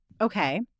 Okay